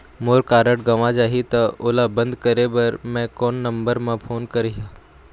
मोर card गंवा जाही त ओला बंद करें बर मैं कोन नंबर म फोन करिह?